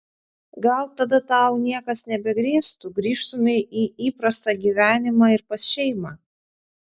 gal tada tau niekas nebegrėstų grįžtumei į įprastą gyvenimą ir pas šeimą